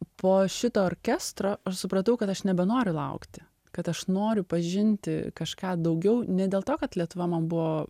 po šito orkestro aš supratau kad aš nebenoriu laukti kad aš noriu pažinti kažką daugiau ne dėl to kad lietuva man buvo